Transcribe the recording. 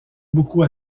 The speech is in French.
beaucoup